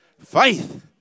Faith